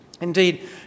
Indeed